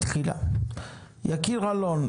ירון לוינסון,